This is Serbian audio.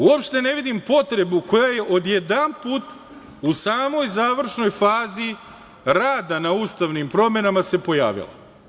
Uopšte ne vidim potrebu koja se odjedanput u samoj završnoj fazi rada na ustavnim promenama pojavila.